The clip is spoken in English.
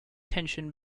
tension